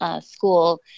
School